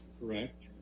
Correct